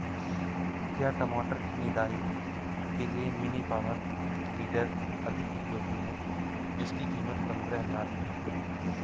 क्या टमाटर की निदाई के लिए मिनी पावर वीडर अधिक उपयोगी है जिसकी कीमत पंद्रह हजार है?